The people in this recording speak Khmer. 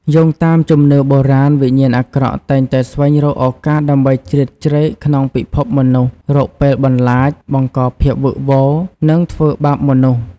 យោងតាមជំនឿបុរាណ វិញ្ញាណអាក្រក់តែងតែស្វែងរកឱកាសដើម្បីជ្រៀតជ្រែកក្នុងពិភពមនុស្ស រកពេលបន្លាច បង្កភាពវឹកវរ និងធ្វើបាបមនុស្ស។